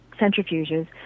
centrifuges